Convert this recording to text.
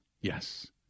Yes